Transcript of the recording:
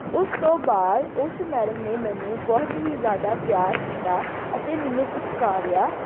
ਉਸ ਤੋਂ ਬਾਅਦ ਉਸ ਮੈਡਮ ਨੇ ਮੈਨੂੰ ਬਹੁਤ ਹੀ ਜ਼ਿਆਦਾ ਪਿਆਰ ਕੀਤਾ ਅਤੇ ਮੈਨੂੰ ਪੁਚਕਾਰਿਆ